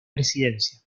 presidencia